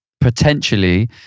Potentially